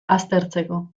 aztertzeko